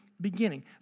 beginning